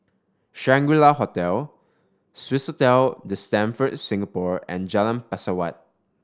Shangri La Hotel Swissotel The Stamford Singapore and Jalan Pesawat